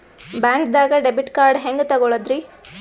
ಬ್ಯಾಂಕ್ದಾಗ debit card ಹೆಂಗ್ ತಗೊಳದ್ರಿ?